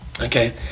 Okay